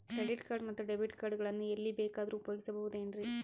Credit card ಮತ್ತು debit card ಗಳನ್ನು ಎಲ್ಲಿ ಬೇಕಾದ್ರು ಉಪಯೋಗಿಸಬಹುದೇನ್ರಿ?